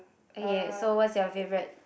okay so what's your favourite